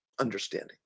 Understanding